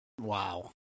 Wow